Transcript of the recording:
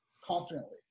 confidently